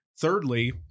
Thirdly